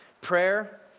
Prayer